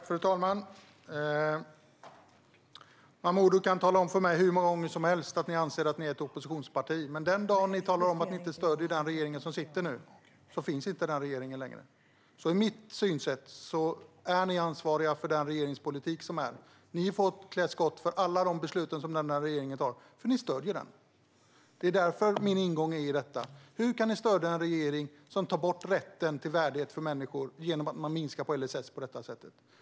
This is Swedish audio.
Fru talman! Momodou Jallow kan tala om för mig hur många gånger som helst att ni anser att ni är ett oppositionsparti. Men den dag som ni talar om att ni inte stöder den regering som vi nu har finns inte den regeringen längre. Enligt mitt synsätt är ni ansvariga för den regeringspolitik som förs. Ni får klä skott för alla de beslut som denna regering tar, eftersom ni stöder den. Det är därför som min ingång i detta är: Hur kan ni stödja en regering som tar bort rätten till värdighet för människor genom att man minskar på LSS på detta sätt?